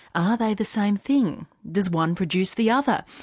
are they the same thing? does one produce the other?